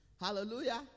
Hallelujah